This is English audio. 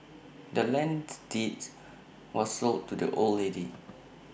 the land's deeds was sold to the old lady